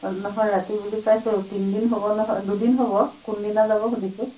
অঁ নহয় ৰাতি বুজি পাইছোঁ তিনি দিন হ'ব নহয় দুদিন হ'ব কোনদিনা যাব সুধিছোঁ